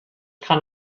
kann